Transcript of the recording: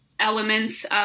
elements